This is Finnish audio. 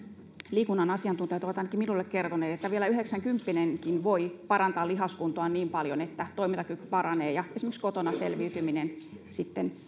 liikunnan asiantuntijat ovat ainakin minulle kertoneet että vielä yhdeksänkymppinenkin voi parantaa lihaskuntoaan niin paljon että toimintakyky paranee ja esimerkiksi kotona selviytyminen sitten